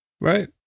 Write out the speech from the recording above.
Right